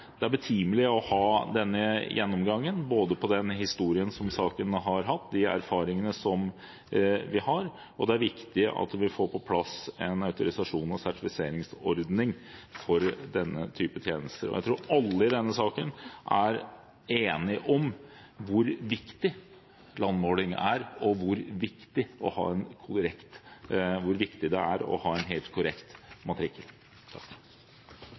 betimelig å ha denne gjennomgangen – både med hensyn til den historien som saken har hatt, og de erfaringene vi har – og det er viktig at vi får på plass en autorisasjons- og sertifiseringsordning for den type tjenester. I denne saken tror jeg alle er enige om hvor viktig landmåling er, og hvor viktig det er å ha en helt korrekt matrikkel. Er det